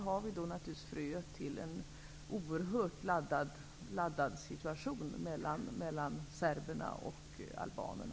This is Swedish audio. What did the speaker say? Detta är naturligtvis fröet till en oerhört laddad situation mellan serberna och albanerna.